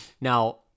Now